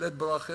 בלית ברירה,